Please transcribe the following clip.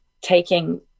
taking